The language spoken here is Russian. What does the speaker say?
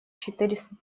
четыреста